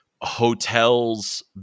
hotels